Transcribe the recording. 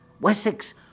Wessex